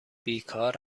بیکار